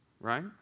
right